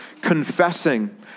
confessing